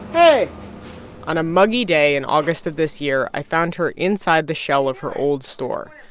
hey on a muggy day in august of this year, i found her inside the shell of her old store.